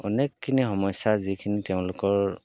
অনেকখিনি সমস্যা যিখিনি তেওঁলোকৰ